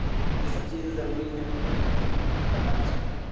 تو یہ سب چیزیں ضروری ہیں اور کرنا بھی چاہیے